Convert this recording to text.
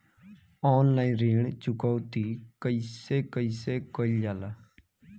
Online ऋण चुकौती कइसे कइसे कइल जाला?